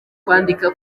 kwandika